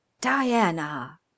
Diana